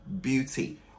beauty